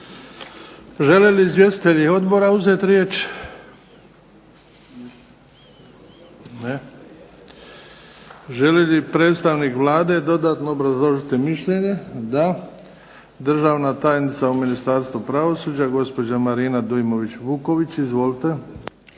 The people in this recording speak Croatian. Žele li izvjestitelji odbora uzeti riječ? Ne. Želi li predstavnik Vlade dodatno obrazložiti mišljenje? Da. Državna tajnica u Ministarstvu pravosuđa gospođa Marina Dujmović Vuković. Izvolite.